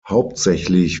hauptsächlich